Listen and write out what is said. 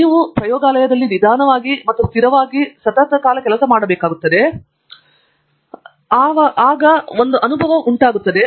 ನೀವು ನಿಧಾನವಾಗಿ ಮತ್ತು ಸ್ಥಿರವಾಗಿ ಅದರಲ್ಲಿ ಕೆಲಸ ಮಾಡಬೇಕಾಗುತ್ತದೆ ಮತ್ತು ಆದ್ದರಿಂದ ಪ್ರಯೋಗಾಲಯದಲ್ಲಿ ಆ ಸಾಮಾನ್ಯ ಸಮಯ ನಿಜವಾಗಿಯೂ ವ್ಯತ್ಯಾಸವನ್ನುಂಟುಮಾಡುತ್ತದೆ